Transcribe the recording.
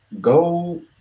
Go